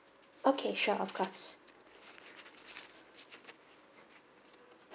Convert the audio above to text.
okay sure of course